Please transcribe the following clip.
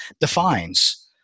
defines